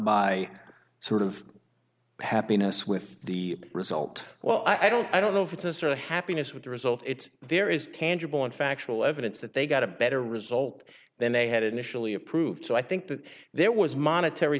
by sort of happiness with the result well i don't i don't know if it's us or the happiness with the result it's there is can dribble in factual evidence that they got a better result than they had initially approved so i think that there was monetary